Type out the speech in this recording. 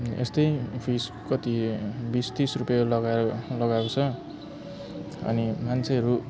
यस्तै फिस कति बिस तिस रुप्पे लगाएर लगाएको छ अनि मान्छेहरू